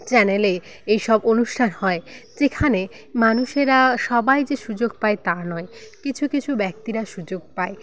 চ্যানেলে এইসব অনুষ্ঠান হয় যেখানে মানুষেরা সবাই যে সুযোগ পায় তা নয় কিছু কিছু ব্যক্তিরা সুযোগ পায়